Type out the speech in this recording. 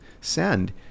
send